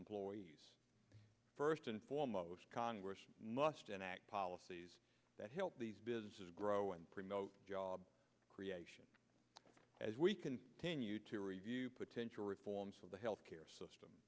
employees first and foremost congress must enact policies that help these businesses grow and promote job creation as we can to review potential reforms of the health care system